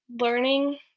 learning